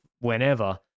whenever